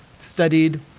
studied